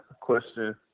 question